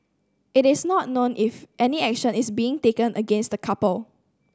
it is not known if any action is being taken against the couple